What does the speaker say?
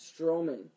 Strowman